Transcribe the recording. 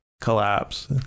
collapse